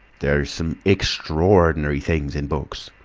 there's some extra-ordinary things in books,